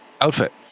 outfit